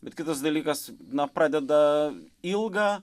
bet kitas dalykas na pradeda ilgą